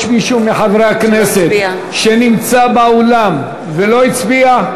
יש מישהו מחברי הכנסת שנמצא באולם ולא הצביע?